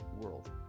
world